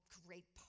great